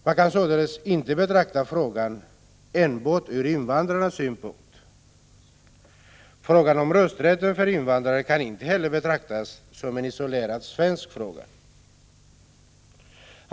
Man kan således inte betrakta frågan enbart ur invandrarnas synpunkt. Frågan om rösträtt för invandrare kan inte heller betraktas som en isolerad svensk fråga.